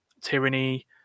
Tyranny